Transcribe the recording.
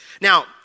Now